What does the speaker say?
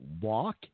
walk